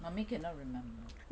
mummy cannot remember